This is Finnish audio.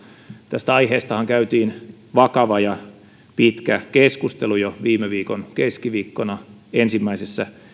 tästä aiheestahan käytiin vakava ja pitkä keskustelu jo viime viikon keskiviikkona ensimmäisessä